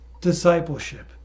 discipleship